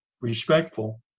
respectful